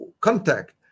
contact